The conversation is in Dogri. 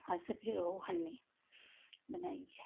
अस्स फिर ओह् खन्ने बनाइये